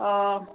अ